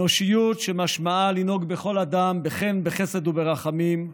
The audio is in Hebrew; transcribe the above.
אנושיות, שמשמעה לנהוג בכל אדם בחן, בחסד וברחמים,